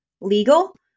legal